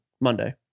monday